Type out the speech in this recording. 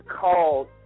called